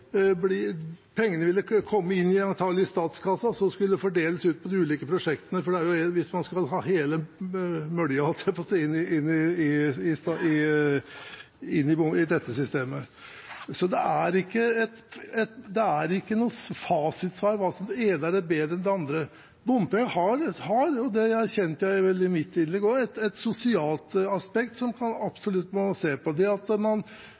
blir like synlig hvis man hadde hatt et veiprisingssystem. Pengene ville antakelig komme inn i statskassen, og så skulle det fordeles ut på de ulike prosjektene, hvis man skal ha hele mølja – holdt jeg på å si – inn i dette systemet. Det er ikke noe fasitsvar hvor det ene er bedre enn det andre. Bompenger har – og det erkjente jeg vel også i mitt innlegg – et sosialt aspekt som man absolutt må se på, det at man